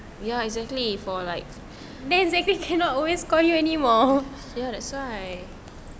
then zachery can't always call you anymore